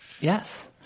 Yes